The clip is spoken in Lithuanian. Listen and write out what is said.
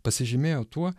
pasižymėjo tuo